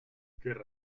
gerade